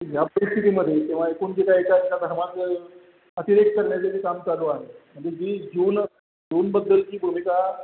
या परिस्थितीमध्ये किंवा एकूण जे काही एका धर्माचं अतिरेक करण्याचे जे काम चालू आहे म्हणजे जी ज्यूंना ज्यूंबद्दलची भूमिका